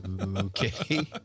Okay